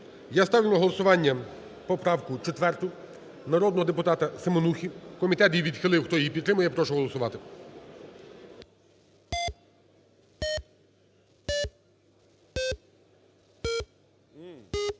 Я ставлю на голосування поправку 4 народного депутата Семенухи, комітет її відхилив. Хто її підтримує, я прошу голосувати.